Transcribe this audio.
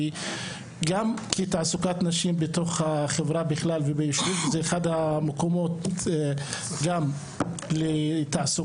גם כתעסוקת נשים בתוך החברה בכלל וביישוב זה אחד המקומות גם לתעסוקה.